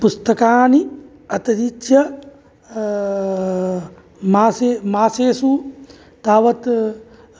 पुस्तकानि अतिरिच्य मासे मासेषु तावत्